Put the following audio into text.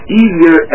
easier